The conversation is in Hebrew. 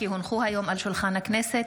כי הונחו היום על שולחן הכנסת,